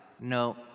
No